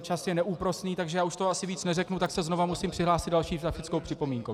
Čas je neúprosný, takže já už toho asi víc neřeknu, tak se znovu musím přihlásit s další faktickou připomínkou.